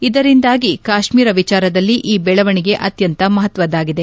ಇದರಿಂದಾಗಿ ಕಾಶ್ಮೀರ ವಿಚಾರದಲ್ಲಿ ಈ ಬೆಳವಣಿಗೆ ಅತ್ಲಂತ ಮಹತ್ವದಾಗಿದೆ